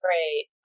Great